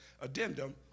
addendum